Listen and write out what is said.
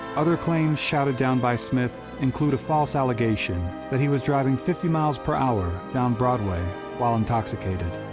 other claims shouted down by smith include a false allegation that he was driving fifty miles per hour down broadway while intoxicated,